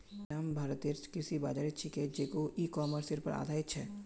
इ नाम भारतेर कृषि बाज़ार छिके जेको इ कॉमर्सेर पर आधारित छ